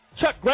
Chuck